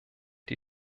die